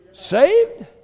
saved